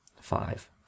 five